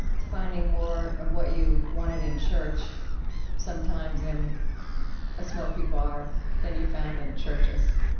finding more of what you wanted in church sometimes in a smoky bar than you found in churches,